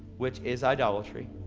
which is idolatry.